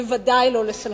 בוודאי לא לסלחנות.